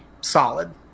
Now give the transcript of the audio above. solid